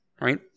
Right